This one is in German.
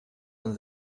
man